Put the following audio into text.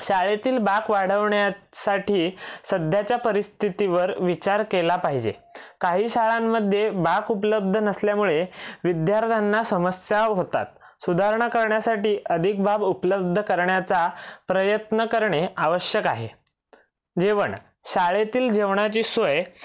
शाळेतील बाक वाढवण्यासाठी सध्याच्या परिस्थितीवर विचार केला पाहिजे काही शाळांमध्ये बाक उपलब्ध नसल्यामुळे विद्यार्थ्यांना समस्या होतात सुधारणा करण्यासाठी अधिक बाक उपलब्ध करण्याचा प्रयत्न करणे आवश्यक आहे जेवण शाळेतील जेवणाची सोय